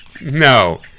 no